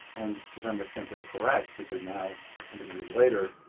and to some extent they were correct because now and years later,